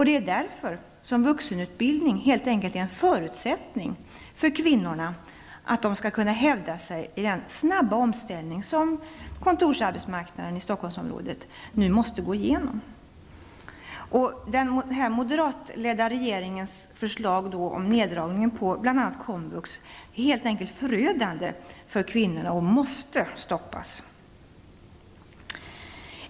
Det är därför som vuxenutbildningen helt enkelt är en förutsättning för att kvinnorna skall kunna hävda sig i den snabba omställning som kontorsarbetsmarknaden i Stockholmsområdet nu måste gå igenom. Den moderatledda regeringens förslag om neddragningen på bl.a. komvux är förödande för kvinnorna och måste stoppas.